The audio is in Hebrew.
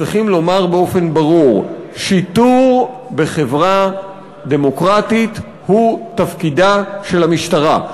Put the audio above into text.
צריכים לומר באופן ברור: שיטור בחברה דמוקרטית הוא תפקידה של המשטרה,